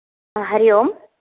Hari Om